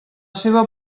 seva